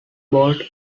bowled